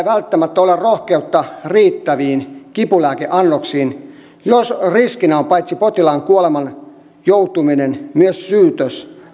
välttämättä ole rohkeutta riittäviin kipulääkeannoksiin jos riskinä on paitsi potilaan kuolemaan joutuminen myös syytös